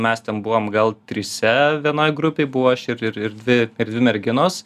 mes ten buvom gal trise vienoj grupėj buvo aš ir ir ir dvi ir dvi merginos